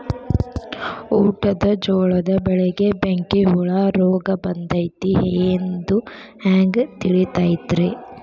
ಊಟದ ಜೋಳದ ಬೆಳೆಗೆ ಬೆಂಕಿ ಹುಳ ರೋಗ ಬಂದೈತಿ ಎಂದು ಹ್ಯಾಂಗ ತಿಳಿತೈತರೇ?